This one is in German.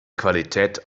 qualität